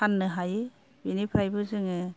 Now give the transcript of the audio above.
फाननो हायो बेनिफ्रायबो जोङो